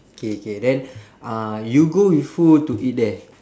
K K then uh you go with who to eat there